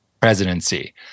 presidency